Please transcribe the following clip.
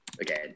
again